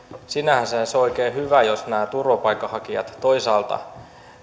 sinänsähän se on oikein hyvä jos turvapaikanhakijat toisaalta